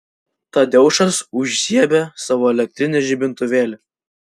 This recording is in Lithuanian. tadeušas užžiebė savo elektrinį žibintuvėlį